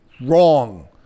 wrong